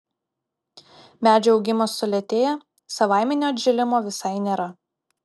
medžių augimas sulėtėja savaiminio atžėlimo visai nėra